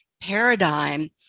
paradigm